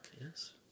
yes